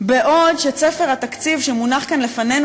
בעוד שספר התקציב שמונח כאן לפנינו